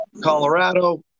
colorado